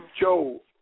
Joe